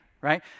right